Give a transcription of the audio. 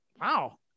wow